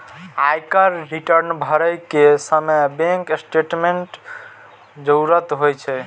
आयकर रिटर्न भरै के समय बैंक स्टेटमेंटक जरूरत होइ छै